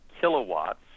kilowatts